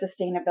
sustainability